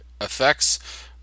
effects